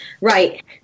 Right